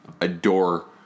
adore